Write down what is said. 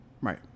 Right